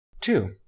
Two